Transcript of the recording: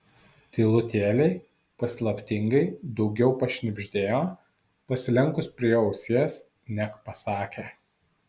tylutėliai paslaptingai daugiau pašnibždėjo pasilenkus prie jo ausies neg pasakė